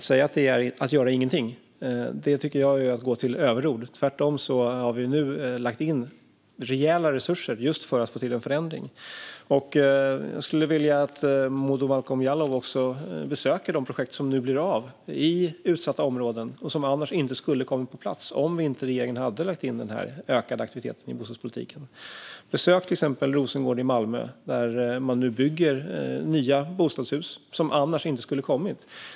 Jag tycker att man tar till överord när man säger att vi inte gör någonting. Tvärtom har vi lagt till rejäla resurser för att få en förändring. Jag skulle vilja att Momodou Malcolm Jallow besöker de projekt som nu blir av i utsatta områden. De hade inte kommit på plats om regeringen inte hade lagt in en ökad aktivitet inom bostadspolitiken. Besök exempelvis Rosengård i Malmö där man nu bygger nya bostadshus som annars inte skulle ha byggts.